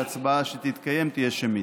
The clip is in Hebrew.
שההצבעה שתתקיים תהיה שמית.